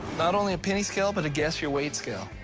not only a penny scale, but a guess-your-weight scale.